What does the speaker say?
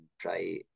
try